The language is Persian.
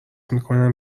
میکنم